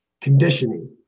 conditioning